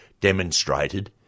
demonstrated